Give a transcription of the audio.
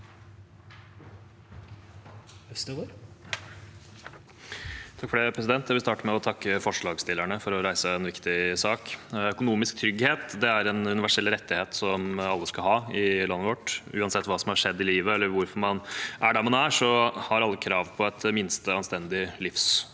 Øvstegård (SV) Jeg vil starte med å takke forslagsstillerne for å reise en viktig sak. Økonomisk trygghet er en universell rettighet som alle skal ha i landet vårt. Uansett hva som har skjedd i livet, eller hvorfor man er der man er, har alle krav på et minste, anstendig